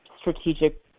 strategic